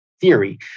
theory